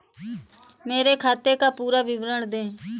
मेरे खाते का पुरा विवरण दे?